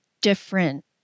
different